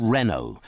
Renault